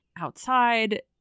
outside